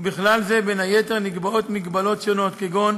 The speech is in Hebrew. ובכלל זה, בין היתר, נקבעות הגבלות שונות, כגון